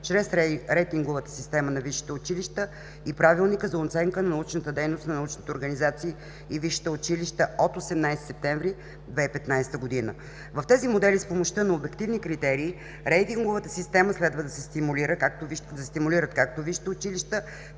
чрез рейтинговата система на висшите училища, и Правилника за оценка на научната дейност на научните организации и висшите училища от 18 септември 2015 г. В тези модели с помощта на обективни критерии в рейтинговата система следва да се стимулират както висшите училища,